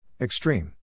Extreme